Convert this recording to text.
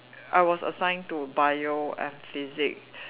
I was assigned to Bio and Physics